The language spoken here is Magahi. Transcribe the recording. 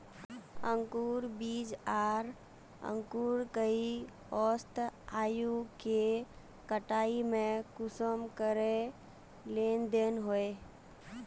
अंकूर बीज आर अंकूर कई औसत आयु के कटाई में कुंसम करे लेन देन होए?